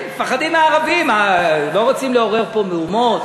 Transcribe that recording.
היחידי מהבית היהודי שנשאר במליאה זה